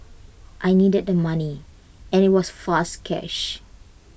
I needed the money and IT was fast cash